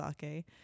sake